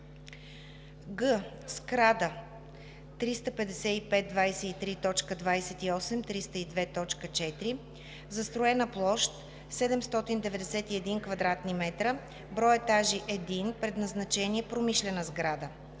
г) сграда 35523.28.302.4, застроена площ 791 кв. м, брой етажи 1, предназначение: промишлена сграда;